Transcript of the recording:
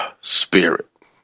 spirit